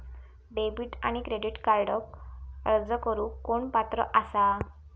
Debit आणि credit कार्डक अर्ज करुक कोण पात्र आसा?